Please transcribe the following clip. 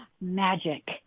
magic